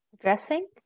dressing